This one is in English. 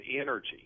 energy